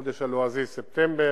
בחודש הלועזי ספטמבר,